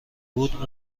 بود